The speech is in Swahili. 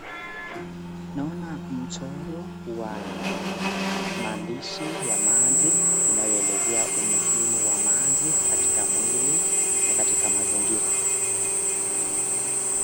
Naona mchoro wa maandishi ya maji inayoelezea umuhimu wa maji katika mwili na katika mazingira.